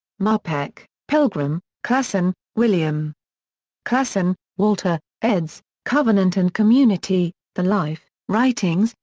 marpeck, pilgram, klassen, william klassen, walter, eds, covenant and community the life, writings,